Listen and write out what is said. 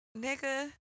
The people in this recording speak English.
nigga